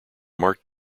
mark